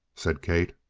said kate.